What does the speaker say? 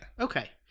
Okay